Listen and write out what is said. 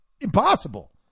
impossible